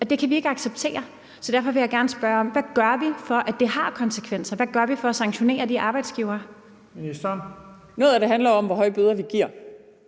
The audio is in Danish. og det kan vi ikke acceptere. Så derfor vil jeg gerne spørge: Hvad gør vi, for at det har konsekvenser? Hvad gør vi for at sanktionere de arbejdsgivere? Kl. 15:35 Første næstformand (Leif